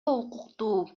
укуктуу